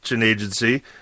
Agency